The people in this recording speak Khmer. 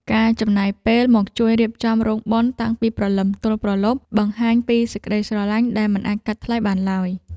ការចំណាយពេលមកជួយរៀបចំរោងបុណ្យតាំងពីព្រលឹមទល់ព្រលប់ បង្ហាញពីសេចក្តីស្រឡាញ់ដែលមិនអាចកាត់ថ្លៃបានឡើយ។